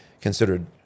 considered